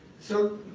so,